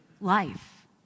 life